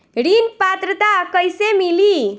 ऋण पात्रता कइसे मिली?